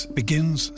begins